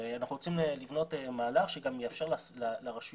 ואנחנו רוצים לבנות מהלך שגם יאפשר לרשויות